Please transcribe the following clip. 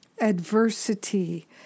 adversity